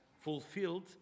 fulfilled